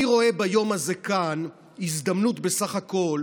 אני רואה ביום הזה כאן הזדמנות בסך הכול